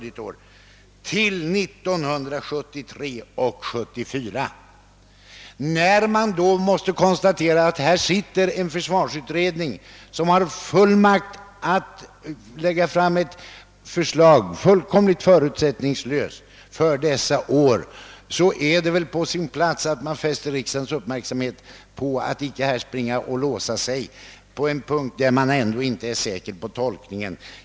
När vi då konstaterar, att det sitter en försvarsutredning som har fullmakt att helt förutsättningslöst lägga fram ett förslag för dessa år, var det väl på sin plats att vi fäste riksdagens uppmärksamhet på det lämpliga i att icke låsa sig på en punkt, där man ändå inte är säker på tolkningen.